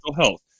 health